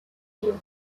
view